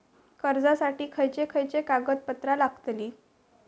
कर्जासाठी खयचे खयचे कागदपत्रा लागतली?